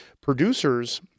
producers